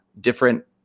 different